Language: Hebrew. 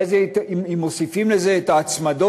אחרי זה, אם מוסיפים לזה את ההצמדות